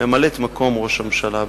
ממלאת-מקום ראש הממשלה,